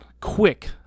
quick